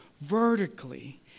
Vertically